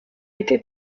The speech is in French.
été